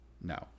No